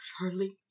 Charlie